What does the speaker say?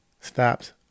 stops